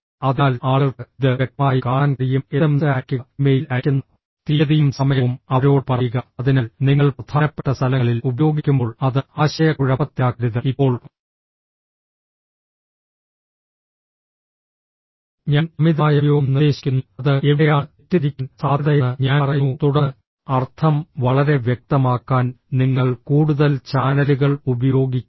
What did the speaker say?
അതിനാൽ ആളുകൾക്ക് ഇത് വ്യക്തമായി കാണാൻ കഴിയും എസ്എംഎസ് അയയ്ക്കുക ഇമെയിൽ അയയ്ക്കുന്ന തീയതിയും സമയവും അവരോട് പറയുക അതിനാൽ നിങ്ങൾ പ്രധാനപ്പെട്ട സ്ഥലങ്ങളിൽ ഉപയോഗിക്കുമ്പോൾ അത് ആശയക്കുഴപ്പത്തിലാക്കരുത് ഇപ്പോൾ ഞാൻ അമിതമായ ഉപയോഗം നിർദ്ദേശിക്കുന്നു അത് എവിടെയാണ് തെറ്റിദ്ധരിക്കാൻ സാധ്യതയെന്ന് ഞാൻ പറയുന്നു തുടർന്ന് അർത്ഥം വളരെ വ്യക്തമാക്കാൻ നിങ്ങൾ കൂടുതൽ ചാനലുകൾ ഉപയോഗിക്കുന്നു